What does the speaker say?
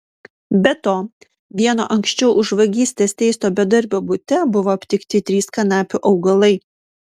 be to vieno anksčiau už vagystes teisto bedarbio bute buvo aptikti trys kanapių augalai